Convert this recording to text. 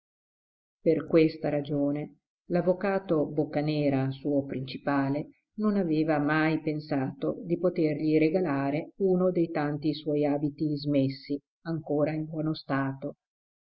per questa ragione l'avvocato boccanera suo principale non aveva mai pensato di potergli regalare uno dei tanti suoi abiti smessi ancora in buono stato